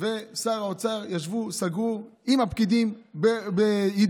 ושר האוצר, ישבו, סגרו עם הפקידים ובידיעתם.